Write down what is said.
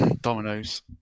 Dominoes